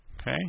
okay